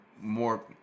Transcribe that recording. more